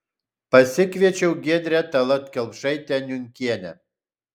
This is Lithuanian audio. pasikviečiau giedrę tallat kelpšaitę niunkienę